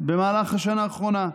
במהלך השנה האחרונה: